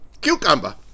cucumber